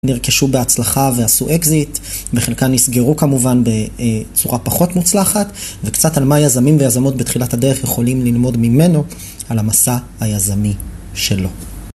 נרכשו בהצלחה ועשו אקזיט, וחלקם נסגרו כמובן בצורה פחות מוצלחת, וקצת על מה יזמים ויזמות בתחילת הדרך יכולים ללמוד ממנו על המסע היזמי שלו.